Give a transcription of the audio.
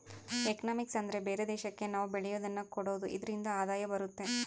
economics ಅಂದ್ರೆ ಬೇರೆ ದೇಶಕ್ಕೆ ನಾವ್ ಬೆಳೆಯೋದನ್ನ ಕೊಡೋದು ಇದ್ರಿಂದ ಆದಾಯ ಬರುತ್ತೆ